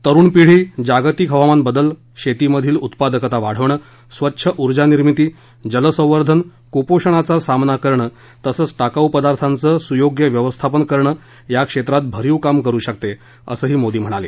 तरुण पीढी जागतिक हवामान बदल शेतीमधील उत्पादकता वाढवणं स्वच्छ ऊर्जानिर्मिती जलसंवंधन कूपोषण सामना करणं तसंच टाकाऊ पदार्थांतचं सुयोग्य व्यवस्थापन करणं या क्षेत्रात भरीव काम करु शकते असंही मोदी म्हणाले